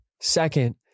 Second